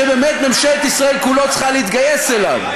שבאמת ממשלת ישראל כולה צריכה להתגייס אליו.